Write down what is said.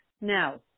now